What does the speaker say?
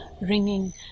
ringing